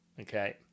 Okay